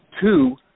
Two